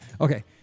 Okay